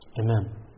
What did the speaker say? Amen